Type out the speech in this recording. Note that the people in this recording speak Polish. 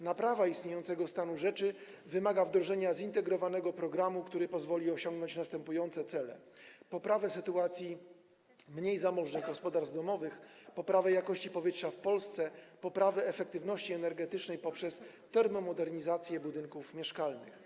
Naprawa istniejącego stanu rzeczy wymaga wdrożenia zintegrowanego programu, który pozwoli osiągnąć następujące cele: poprawę sytuacji mniej zamożnych gospodarstw domowych, poprawę jakości powietrza w Polsce i poprawę efektywności energetycznej poprzez termomodernizację budynków mieszkalnych.